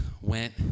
went